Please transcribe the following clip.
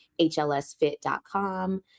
hlsfit.com